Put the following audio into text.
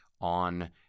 on